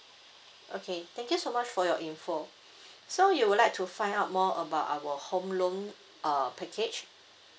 okay thank you so much for your information so you would like to find out more about our home loan uh package